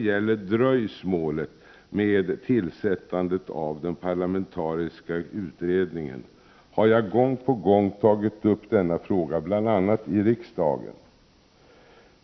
Jag har gång på gång, bl.a. i riksdagen, tagit upp frågan om dröjsmålet med tillsättandet av den parlamentariska utredningen.